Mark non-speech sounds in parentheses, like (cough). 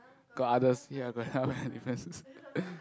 got others ya got how many differences (laughs)